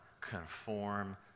conform